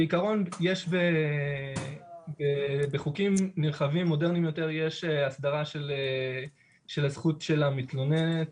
בעיקרון יש בחוקים נרחבים מודרניים יותר הסדרה של הזכות של המתלוננת